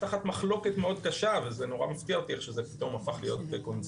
תחת מחלוקת מאוד קשה ומאוד מפתיע אותי איך שזה פתאום הפך לקונצנזוס,